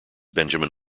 benjamin